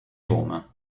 roma